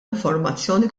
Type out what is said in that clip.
informazzjoni